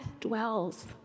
dwells